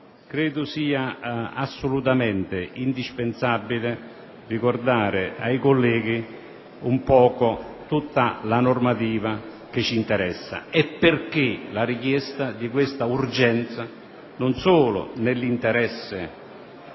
credo sia assolutamente indispensabile ricordare ai colleghi tutta la normativa che ci interessa e i motivi che sostengono la richiesta di questa urgenza, non solo nell' interesse